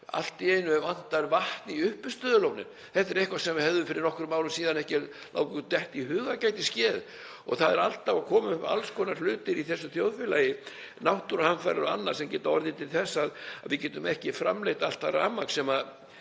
Allt í einu vantar vatn í uppistöðulónin. Þetta er eitthvað sem við hefðum fyrir nokkrum árum síðan ekki látið okkur detta í hug að gæti skeð. Það eru alltaf að koma upp alls konar hlutir í þessu þjóðfélagi, náttúruhamfarir og annað, sem geta orðið til þess að við getum ekki framleitt allt það rafmagn sem við